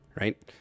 right